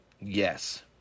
yes